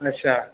अच्छा